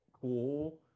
cool